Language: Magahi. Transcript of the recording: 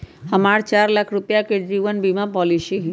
हम्मर चार लाख रुपीया के जीवन बीमा पॉलिसी हई